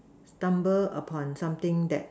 stumble upon something that